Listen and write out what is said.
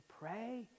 pray